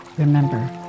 Remember